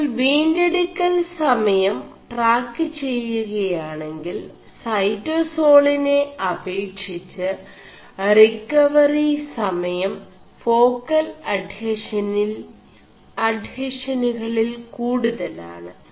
നിÆൾ വീെടു ൽ സമയം 4ടാ ് െചgകയാെണ ിൽ ൈസോേസാളിെന അേപ ിg് റി വറി സമയം േഫാ ൽ അഡ്െഹഷനുകളിൽ കൂടുതലാണ്